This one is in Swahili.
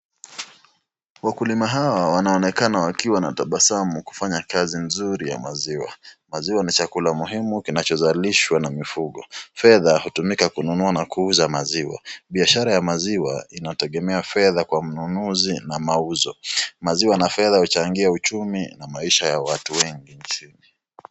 Wakulima hawa wanaonekana wakiwa na tabasamu kufanya kazi mzuri ya maziwa. Maziwa ni chakula muhimu kinachozalishwa na mifugo. Fedha hutumika kununua na kuuza maziwa. Biashara ya maziwa inategemea fedha kwa mnunuzi na mauzo. Maziwa na fedha huchangia uchumi na maisha ya watu wengi nchini.